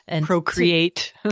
Procreate